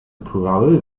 pływały